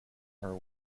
our